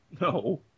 No